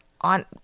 On